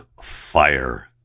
fire